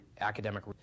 academic